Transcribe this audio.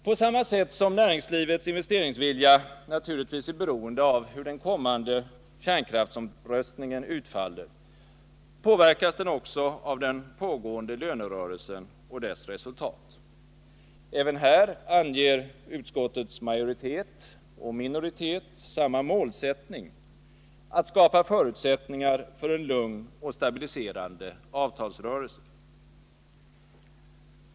På samma sätt som näringslivets investeringsvilja naturligtvis är beroende av hur den kommande kärnkraftsomröstningen utfaller påverkas den också av den pågående lönerörelsen och dess resultat. Även här anger utskottets majoritet och minoritet samma målsättning, att skapa förutsättningar för en lugn och stabiliserande avtalsrörelse.